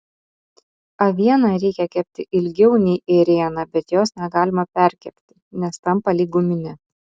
avieną reikia kepti ilgiau nei ėrieną bet jos negalima perkepti nes tampa lyg guminė